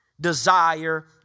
desire